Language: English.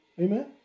amen